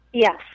Yes